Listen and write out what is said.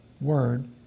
word